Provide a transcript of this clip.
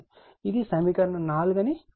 ఇది సమీకరణం 4 అని పరిగణించండి